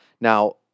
Now